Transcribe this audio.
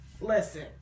Listen